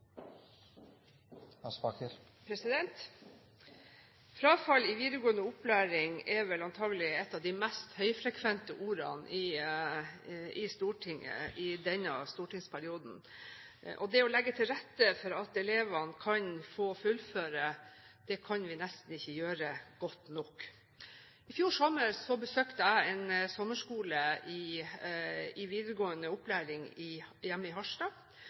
Frafall i videregående opplæring er antagelig et av de mest høyfrekvente ordene i Stortinget i denne stortingsperioden. Og det å legge til rette for at elevene kan få fullføre, kan vi nesten ikke gjøre godt nok. I fjor sommer besøkte jeg en sommerskole i videregående opplæring hjemme i Harstad. Det var elever som hadde bommet på målet under den ordinære eksamen i